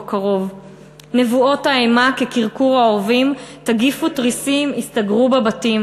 קרוב // נבואות האימה / כקרקור העורבים / תגיפו תריסים / הסתגרו בבתים